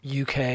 UK